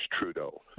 Trudeau